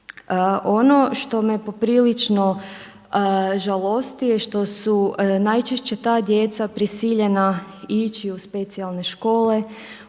Ono što me poprilično žalosti je što su najčešće ta djeca prisiljena ići u specijalne škole